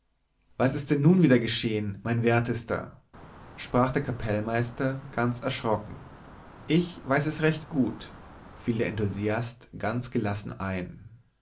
was ist denn nun wieder geschehen mein wertester sprach der kapellmeister ganz erschrocken ich weiß es recht gut fiel der enthusiast ganz gelassen ein